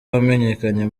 wamenyekanye